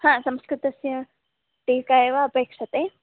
हा संस्कृतस्य टीका एव अपेक्ष्यते